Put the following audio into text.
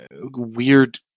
weird